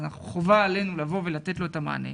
אז חובה עלינו לבוא ולתת לו את המענה.